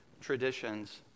traditions